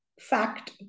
fact